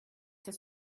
das